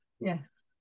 Yes